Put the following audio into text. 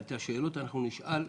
את השאלות אנחנו נשאל.